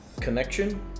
connection